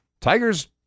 Tigers